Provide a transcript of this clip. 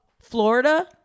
Florida